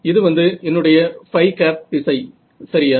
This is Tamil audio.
இது வந்து என்னுடைய திசை சரியா